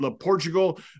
Portugal